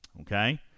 Okay